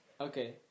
okay